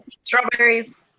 strawberries